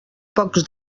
pocs